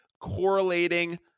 correlating